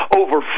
over